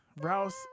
Rouse